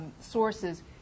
sources